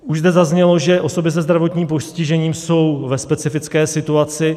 Už zde zaznělo, že osoby se zdravotním postižením jsou ve specifické situaci.